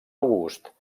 august